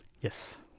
Yes